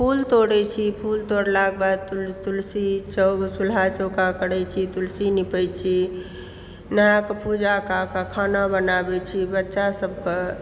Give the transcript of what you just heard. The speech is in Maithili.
फूल तोड़य छी फूल तोड़लाके बाद तुलसी चूल्हा चौका करैत छी तऽ तुलसी निपय छी नहायकऽ पुजा कएकऽ खाना बनाबैत छी बच्चा सभकऽ